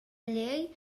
llei